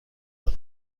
دارم